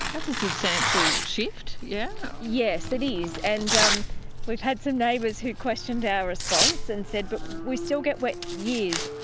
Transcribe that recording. that's a substantial shift. yeah yes, it is, and um we've had some neighbours who questioned our response, and said but we still get wet years.